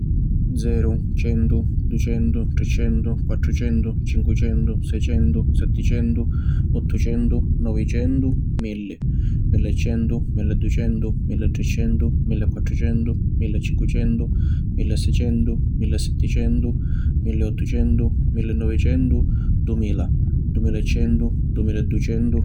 Zeru, Centu, Ducentu, Tricentu, Quattrucentu, Cincucentu, Secentu, Setticentu, Ottuncentu, Novicentu, Milli, Milli e centu, Milli e ducentu, Milli e tricentu, Milli e quattrucentu, Milli e cincucentu, Milli e secentu, Milli e setticentu, Milli e ottucentu, Milli e novicentu, Dumila, Dumila e centu, Dumila e ducentu…